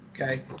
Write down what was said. Okay